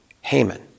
Haman